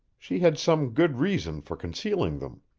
she had some good reason for concealing them.